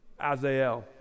Azael